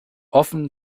offen